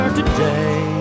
today